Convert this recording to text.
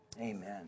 Amen